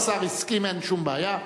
השר הסכים, אין שום בעיה.